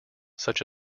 such